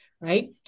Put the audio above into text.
Right